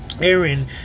Aaron